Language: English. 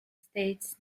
states